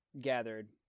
gathered